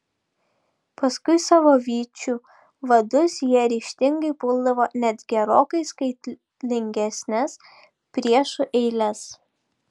paskui savo vyčių vadus jie ryžtingai puldavo net gerokai skaitlingesnes priešų eiles